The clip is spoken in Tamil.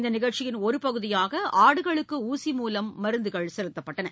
இந்த நிகழ்ச்சியின் ஒரு பகுதியாக ஆடுகளுக்கு ஊசி மூலம் மருந்துகள் செலுத்தப்பட்டன